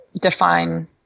define